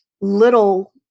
little